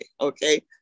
okay